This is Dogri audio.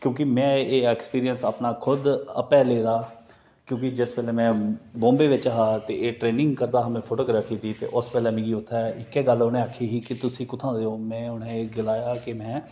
क्योंकि में एह् एक्सपीरियंस अपना खुद ऐ आपूं ले दा ऐ क्योंकि जिस बेल्लै में बाॅम्बे बिच हा ते एह् ट्रेंनिग करदा हा ओल्लै फोटोग्राफी दी उस बेल्लै मिगी उत्थै इक्कै गल्ल उ'नें आक्खी ही कि तुस कुत्थूं दे हो में उ'नें गी एह् गलाया हा कि में